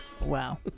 Wow